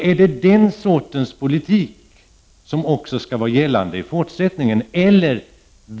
Är det den sortens politik som också skall vara gällande i fortsättningen?